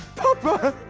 papa,